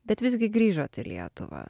bet visgi grįžote į lietuvą